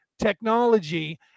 technology